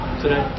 today